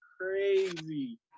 crazy